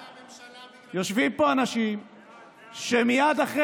הם פרשו מהממשלה בגלל --- יושבים פה אנשים שמייד אחרי